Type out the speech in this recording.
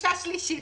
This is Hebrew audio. גישה שלישית כאן.